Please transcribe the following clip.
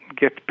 get